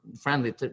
friendly